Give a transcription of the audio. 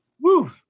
Woo